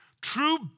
true